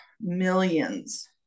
millions